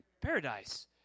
paradise